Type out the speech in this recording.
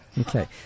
Okay